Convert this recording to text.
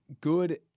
good